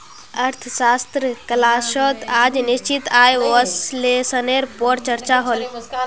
अर्थशाश्त्र क्लास्सोत आज निश्चित आय विस्लेसनेर पोर चर्चा होल